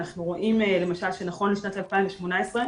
אנחנו רואים למשל שנכון לשנת 2018,